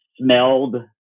smelled